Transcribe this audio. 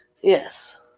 Yes